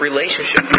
Relationship